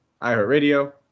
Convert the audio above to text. iHeartRadio